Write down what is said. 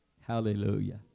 Hallelujah